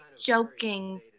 joking